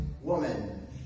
woman